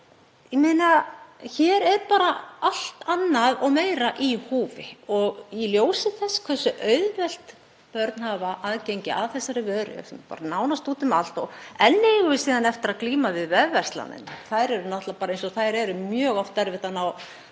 og áður. Hér er bara allt annað og meira í húfi í ljósi þess hversu auðvelt er fyrir börn að hafa aðgengi að þessari vöru, hún er nánast úti um allt. Og enn eigum við síðan eftir að glíma við vefverslanir. Þær eru náttúrlega eins og þær eru og mjög oft erfitt að